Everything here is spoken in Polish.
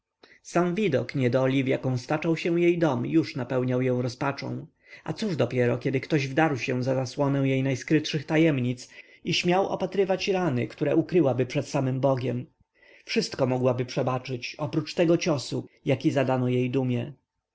sam widok niedoli w jaką staczał się jej dom już napełniał ją rozpaczą a cóż dopiero gdy ktoś wdarł się za zasłonę jej najskrytszych tajemnic i śmiał opatrywać rany które ukryłaby przed samym bogiem wszystko mogłaby przebaczyć oprócz tego ciosu jaki zadano jej dumie